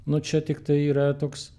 nu čia tiktai yra toks